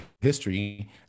history